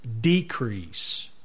decrease